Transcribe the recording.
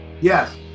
Yes